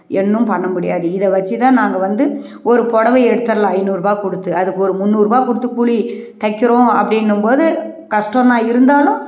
ஒன்னும் பண்ண முடியாது இதை வெச்சுதான் நாங்கள் வந்து ஒரு புடவைய எடுத்துடலாம் ஐந்நூறுரூபா கொடுத்து அதுக்கு ஒரு முந்நூறுரூபா கொடுத்து கூலி தைக்கிறோம் அப்படின்னம்போது கஷ்டம்தான் இருந்தாலும்